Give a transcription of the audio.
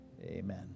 Amen